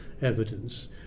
evidence